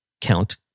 count